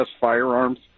firearms